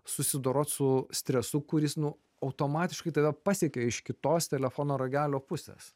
susidorot su stresu kuris nu automatiškai tave pasiekia iš kitos telefono ragelio pusės